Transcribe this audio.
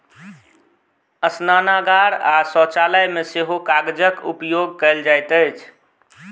स्नानागार आ शौचालय मे सेहो कागजक उपयोग कयल जाइत अछि